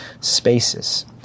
spaces